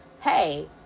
hey